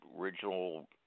original